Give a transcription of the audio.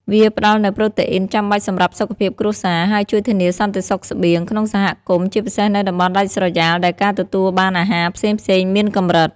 វាផ្តល់នូវប្រូតេអ៊ីនចាំបាច់សម្រាប់សុខភាពគ្រួសារ ហើយជួយធានាសន្តិសុខស្បៀងក្នុងសហគមន៍ ជាពិសេសនៅតំបន់ដាច់ស្រយាលដែលការទទួលបានអាហារផ្សេងៗមានកម្រិត។